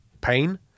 pain